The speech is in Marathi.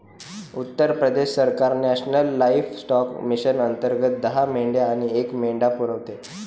उत्तर प्रदेश सरकार नॅशनल लाइफस्टॉक मिशन अंतर्गत दहा मेंढ्या आणि एक मेंढा पुरवते